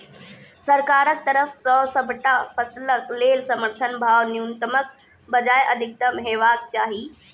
सरकारक तरफ सॅ सबटा फसलक लेल समर्थन भाव न्यूनतमक बजाय अधिकतम हेवाक चाही?